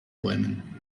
bäumen